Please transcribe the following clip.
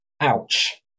Ouch